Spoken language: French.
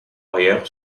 arrière